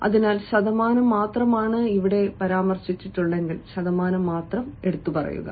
അതിൽ ശതമാനം മാത്രം പരാമർശിച്ചിട്ടുണ്ടെങ്കിൽ ശതമാനം മാത്രം പരാമർശിക്കുക